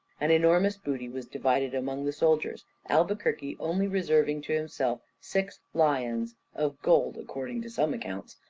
an enormous booty was divided amongst the soldiers, albuquerque only reserving to himself six lions, of gold according to some accounts,